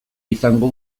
izango